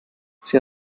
sie